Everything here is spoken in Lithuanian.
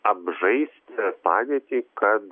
apžaisti padėtį kad